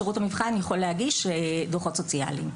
שירות המבחן יכול להגיש דוחות סוציאליים.